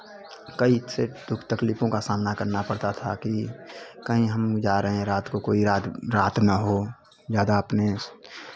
कई से दुःख तकलीफों का सामना करना पड़ता था कि कहीं हम जा रहे हैं रात को कोई रात रात ना हो ज़्यादा अपने